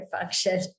function